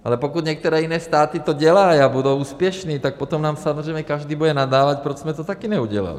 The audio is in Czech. Ale pokud některé jiné státy to dělají a budou úspěšní, tak potom nám samozřejmě každý bude nadávat, proč jsme to taky neudělali.